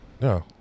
No